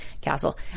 Castle